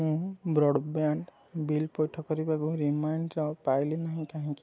ମୁଁ broadband bill ପୈଠ କରିବାକୁ ପାଇଲି ନାହିଁ କାହିଁକି